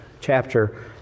chapter